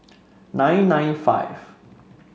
nine nine five